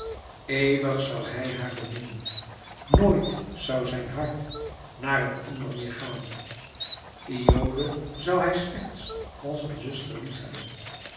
eeuwig zoû hij haar beminnen nooit zoû zijn hart naar een ander meer gaan iole zoû hij slechts als een zuster